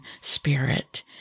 spirit